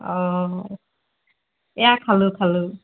অ এয়া খালোঁ খালোঁ